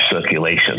circulation